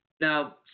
Now